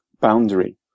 boundary